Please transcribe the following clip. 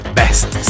best